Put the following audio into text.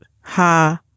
Ha